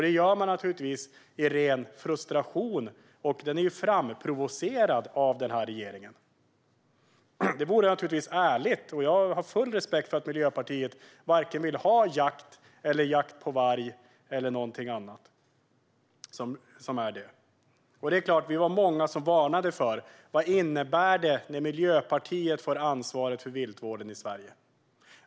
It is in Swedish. Det säger man naturligtvis i ren frustration som är framprovocerad av den här regeringen. Jag har full respekt för att Miljöpartiet inte vill ha jakt, jakt på varg eller något annat. Vi var många som varnade för vad det skulle innebära när Miljöpartiet fick ansvaret för viltvården i Sverige.